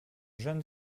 jeune